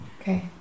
Okay